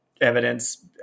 evidence